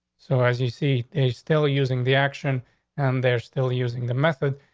so, as you see is still using the action and they're still using the methods.